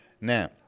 Now